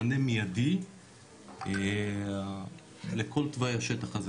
מענה מיידי לכל תוואי השטח הזה.